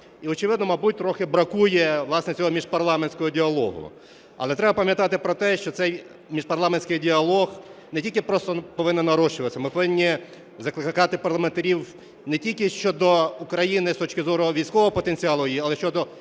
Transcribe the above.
і, очевидно, мабуть, трохи бракує, власне, цього міжпарламентського діалогу. Але треба пам'ятати про те, що цей міжпарламентський діалог не тільки просто повинен нарощуватися, ми повинні закликати парламентарів не тільки щодо України з точки зору військового потенціалу, але й щодо